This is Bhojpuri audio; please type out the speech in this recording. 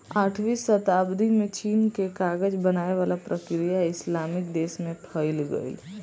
आठवीं सताब्दी में चीन के कागज बनावे वाला प्रक्रिया इस्लामिक देश में फईल गईल